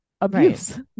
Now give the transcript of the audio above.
abuse